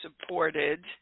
supported